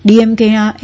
ડીએમકેના એ